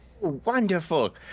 Wonderful